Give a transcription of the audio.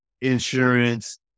insurance